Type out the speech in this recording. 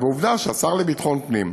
ועובדה שהשר לביטחון פנים,